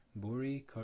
Buri